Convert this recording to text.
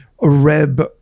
Reb